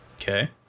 Okay